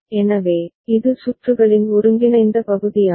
எனவே இது சுற்றுகளின் ஒருங்கிணைந்த பகுதியாகும்